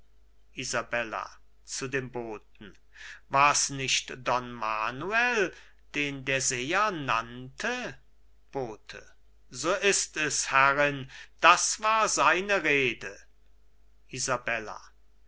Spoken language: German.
war's nicht don manuel den der seher nannte bote so ist es herrin das war seine rede